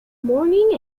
warning